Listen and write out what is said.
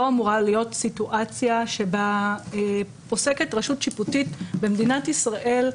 לא אמורה להיות סיטואציה שבה פוסקת רשות שיפוטית במדינת ישראל,